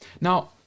Now